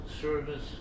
service